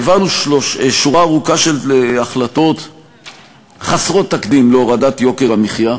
העברנו שורה ארוכה של החלטות חסרות תקדים להורדת יוקר המחיה,